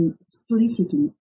explicitly